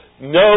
No